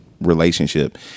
relationship